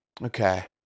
Okay